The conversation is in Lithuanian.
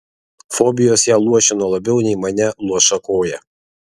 fobijos ją luošino labiau nei mane luoša koja